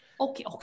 Okay